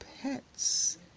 pets